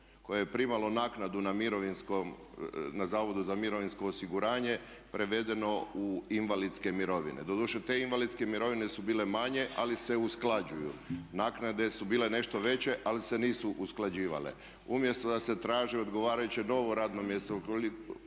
koje je primalo naknadu na mirovinskom, na Zavodu za mirovinsko osiguranje prevedeno u invalidske mirovine. Doduše te invalidske mirovine su bile manje ali se usklađuju. Naknade su bile nešto veće ali se nisu usklađivale. Umjesto da se traži odgovarajuće novo radno mjesto,